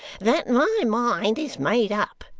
that my mind is made up.